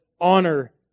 honor